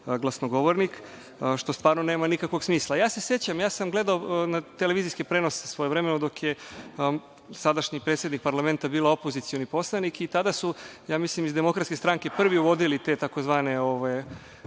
glasnogovornik, što stvarno nema nikakvog smisla.Sećam se, gledao sam televizijski prenos, svojevremeno, dok vam je sadašnji predsednik parlamenta bila opozicioni poslanik i tada su iz Demokratske stranke prvi uvodili te takozvane